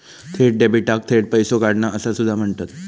थेट डेबिटाक थेट पैसो काढणा असा सुद्धा म्हणतत